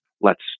lets